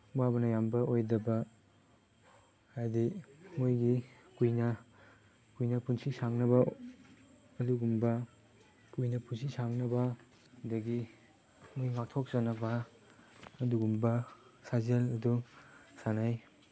ꯋꯥꯕꯅ ꯌꯥꯝꯕ ꯑꯣꯏꯗꯕ ꯍꯥꯏꯗꯤ ꯃꯣꯏꯒꯤ ꯀꯨꯏꯅ ꯀꯨꯏꯅ ꯄꯨꯟꯁꯤ ꯁꯥꯡꯅꯕ ꯑꯗꯨꯒꯨꯝꯕ ꯀꯨꯏꯅ ꯄꯨꯟꯁꯤ ꯁꯥꯡꯅꯕ ꯑꯗꯒꯤ ꯃꯤ ꯉꯥꯛꯊꯣꯛꯆꯅꯕ ꯑꯗꯨꯒꯨꯝꯕ ꯁꯥꯖꯦꯜ ꯑꯗꯨ ꯁꯥꯟꯅꯩ